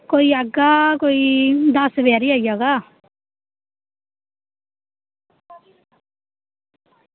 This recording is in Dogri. कोई आह्गा कोई दस्स बजे हारे आई जाह्गा